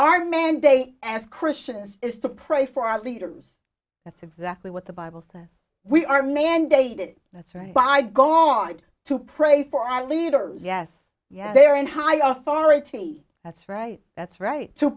our mandate as christians is to pray for our leaders that's exactly what the bible says we are mandated that's right bygones to pray for our leaders yes yes they're in high office for eighty that's right that's right to